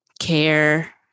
care